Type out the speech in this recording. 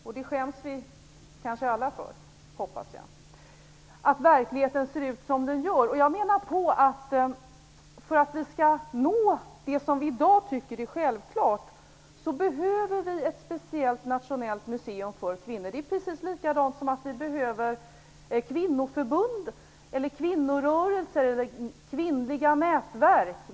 Att verkligheten ser ut som den gör skäms vi kanske alla för - det hoppas jag åtminstone. För att vi skall nå det som vi i dag tycker är självklart behöver vi ett speciellt nationellt museum för kvinnor - precis som vi behöver kvinnoförbund, kvinnorörelser eller kvinnliga nätverk.